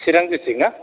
चिरां district ना